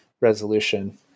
resolution